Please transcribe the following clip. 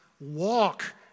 Walk